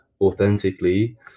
authentically